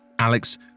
Alex